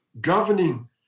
governing